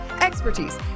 expertise